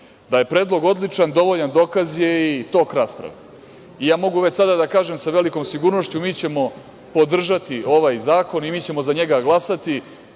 je Predlog dovoljan dokaz je i tok rasprave. Mogu već sada da kažem sa velikom sigurnošću mi ćemo podržati ovaj zakon i mi ćemo za njega glasati,